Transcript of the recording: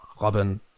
Robin